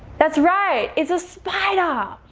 that's right it's a spider. ah